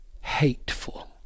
hateful